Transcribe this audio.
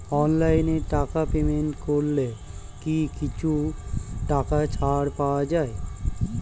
অনলাইনে টাকা পেমেন্ট করলে কি কিছু টাকা ছাড় পাওয়া যায়?